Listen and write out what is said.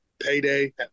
payday